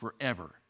forever